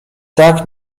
tak